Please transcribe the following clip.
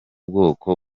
bwoko